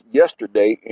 yesterday